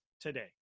today